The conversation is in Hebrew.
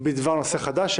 נושא חדש?